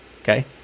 okay